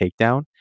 takedown